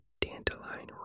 dandelion